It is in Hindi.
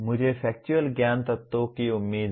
मुझे फैक्चुअल ज्ञान तत्वों की उम्मीद है